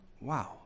Wow